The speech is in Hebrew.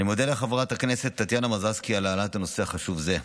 אני מודה לחברת הכנסת טטיאנה מזרסקי על העלאת נושא חשוב זה.